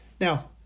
Now